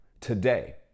Today